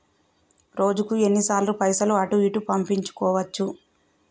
రోజుకు ఎన్ని సార్లు పైసలు అటూ ఇటూ పంపించుకోవచ్చు?